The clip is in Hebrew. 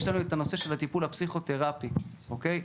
יש לנו את הנושא של הטיפול הפסיכותרפי, אוקי?